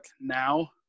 now